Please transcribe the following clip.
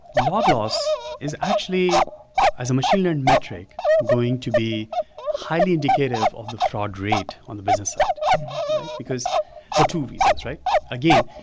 log loss is actually as a machine learned metric going to be highly indicative of the fraud rate on the business side because for two reasons. again,